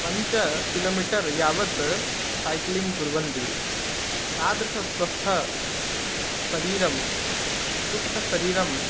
पञ्चकिलोमिटर् यावत् सैक्लिङ्ग् कुर्वन्ति तादृशस्वस्थशरीरं स्वस्थशरीरं